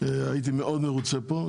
הייתי מאוד מרוצה פה,